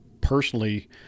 personally